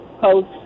post